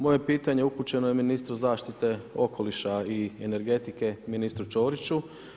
Moje pitanje upućeno je ministru zaštite okoliša i energetike ministru Ćoriću.